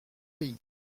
pays